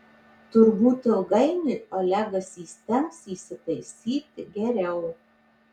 turbūt ilgainiui olegas įstengs įsitaisyti geriau